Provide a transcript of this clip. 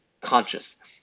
conscious